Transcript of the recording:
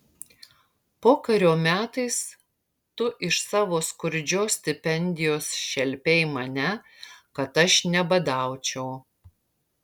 pokario metais tu iš savo skurdžios stipendijos šelpei mane kad aš nebadaučiau